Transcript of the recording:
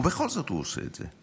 ובכל זאת הוא עושה את זה.